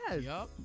Yes